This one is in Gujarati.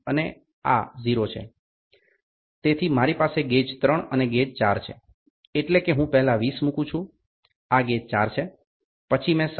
તેથી મારી પાસે ગેજ 3 અને ગેજ 4 છે એટલે કે હું પહેલા 20 મૂકું છું આ ગેજ 4 છે પછી મેં 7